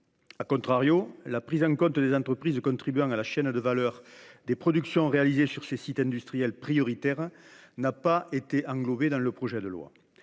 déchets. , la prise en compte des entreprises contribuant à la chaîne de valeur des productions réalisées sur ces sites industriels prioritaires n’a pas été englobée dans le projet de loi.